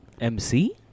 MC